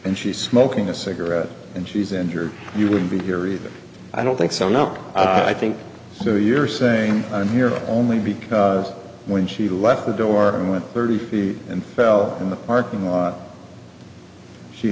and she's smoking a cigarette and she's in here you wouldn't be here either i don't think so no i think so you're saying i'm here only because when she left the door and went thirty feet and fell in the parking lot he